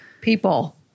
People